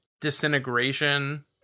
Disintegration